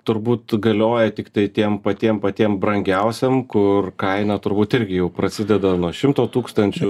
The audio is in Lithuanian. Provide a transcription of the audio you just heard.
turbūt galioja tiktai tiem patiem patiem brangiausiem kur kaina turbūt irgi jau prasideda nuo šimto tūkstančių